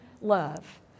love